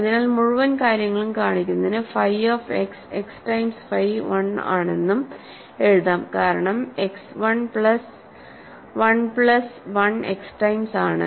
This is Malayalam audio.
അതിനാൽ മുഴുവൻ കാര്യങ്ങളും കാണിക്കുന്നത് phi of x x times phi 1 ആണെന്നും എഴുതാംകാരണം x 1 plus 1 plus 1 x times ആണ്